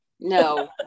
No